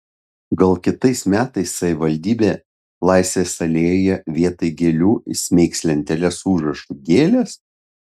gal kitais metais savivaldybė laisvės alėjoje vietoj gėlių įsmeigs lenteles su užrašu gėlės